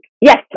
Yes